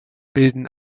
bilden